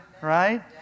right